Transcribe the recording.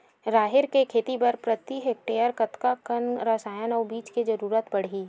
राहेर के खेती बर प्रति हेक्टेयर कतका कन रसायन अउ बीज के जरूरत पड़ही?